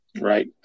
Right